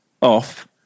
off